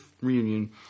reunion